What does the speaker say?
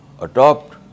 adopt